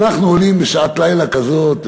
אנחנו עולים בשעת לילה כזאת,